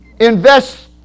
Invest